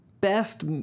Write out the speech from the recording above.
best